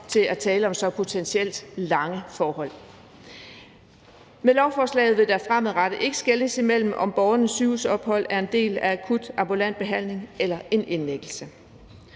der er tale om så potentielt langvarige forhold. Med lovforslaget vil der fremadrettet ikke blive skelnet imellem, om borgernes sygehusophold er en del af akut ambulant behandling eller en indlæggelse.